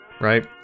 right